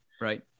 Right